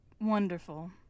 Wonderful